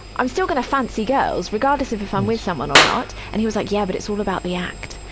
i'm still gonna fancy girls regardless if if i'm with someone or not. and he was like, yeah, but it's all about the act.